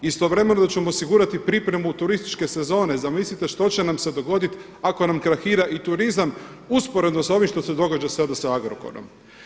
Istovremeno da ćemo osigurati pripremu turističke sezone, zamislite se što će nam se dogoditi ako nam krahira i turizam usporedno sa ovim što se događa sada sa Agrokorom.